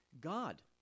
God